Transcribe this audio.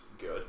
good